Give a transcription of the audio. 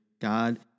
God